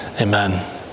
Amen